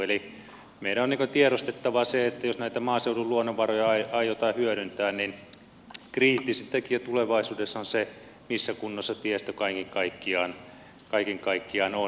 eli meidän on tiedostettava se että jos näitä maaseudun luonnonvaroja aiotaan hyödyntää niin kriittisin tekijä tulevaisuudessa on se missä kunnossa tiestö kaiken kaikkiaan on